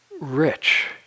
rich